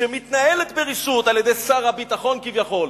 שמתנהלת ברשעות על יד שר הביטחון כביכול,